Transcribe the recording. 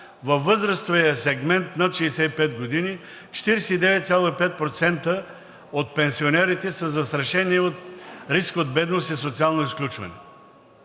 във възрастовия сегмент над 65 години 49,5% от пенсионерите са застрашени от риск от бедност и социално изключване.